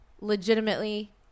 Legitimately